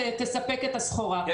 תספק את הסחורה,